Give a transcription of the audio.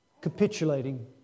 capitulating